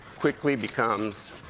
quickly becomes